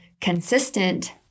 consistent